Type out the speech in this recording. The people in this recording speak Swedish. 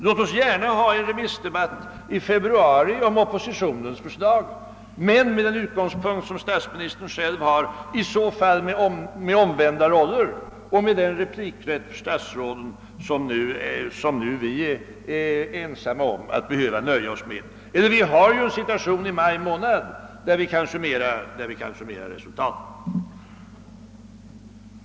Låt oss gärna ha en remissdebatt i februari om oppositionens förslag med den utgångspunkt som statsministern har, men med omvända roller och alltså även med den replikrätt för statsråden som oppositionen nu är ensam om att behöva nöja sig med. Eller vi har ett tillfälle i maj månad där vi kan summera resultaten av förslagen från regering och opposition.